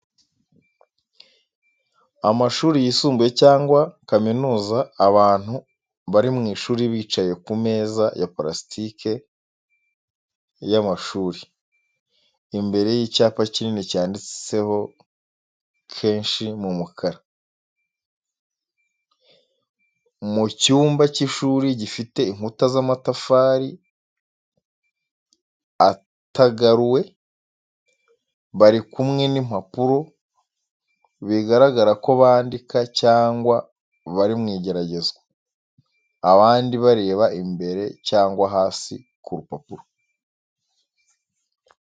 Amashuri yisumbuye cyangwa kaminuza, abantu bari mu ishuri bicaye ku meza ya parasitike y’amashuri, imbere y’icyapa kinini cyanditseho kenshi mu mukara. Mu cyumba cy’ishuri gifite inkuta z’amatafari atagaruwe. Bari kumwe n’impapuro, bigaragara ko bandika cyangwa bari mu igeragezwa, abandi bareba imbere cyangwa hasi ku rupapuro.